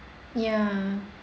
ya